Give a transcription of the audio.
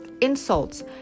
insults